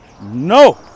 no